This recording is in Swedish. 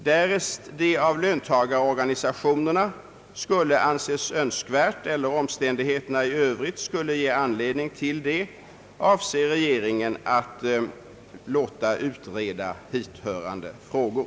Därest det av löntagarorganisationerna skulle anses önskvärt eller omständigheterna i övrigt skulle ge anledning därtill avser regeringen att låta utreda hithörande frågor.